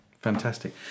Fantastic